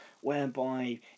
Whereby